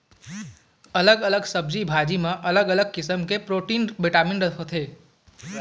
अलग अलग सब्जी भाजी म अलग अलग किसम के प्रोटीन, बिटामिन होथे